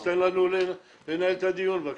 אז אם אנחנו לא בובות אז תן לנו לנהל את הדיון ללא איומים.